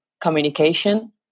communication